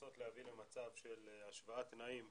לנסות להביא למצב של השוואת תנאים,